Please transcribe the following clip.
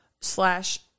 slash